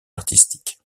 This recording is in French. artistique